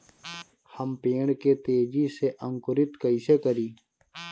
हम पेड़ के तेजी से अंकुरित कईसे करि?